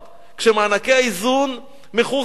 כשמענקי איזון מכורסמים.